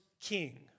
king